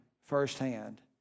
firsthand